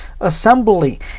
assembly